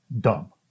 dumb